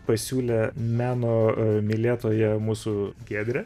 pasiūlė meno mylėtoje mūsų giedrė